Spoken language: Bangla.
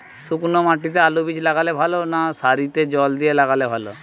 শুক্নো মাটিতে আলুবীজ লাগালে ভালো না সারিতে জল দিয়ে লাগালে ভালো?